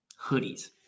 hoodies